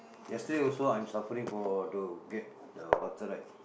yesterday also I'm suffering for to get the water right